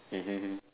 mmhmm